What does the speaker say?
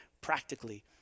practically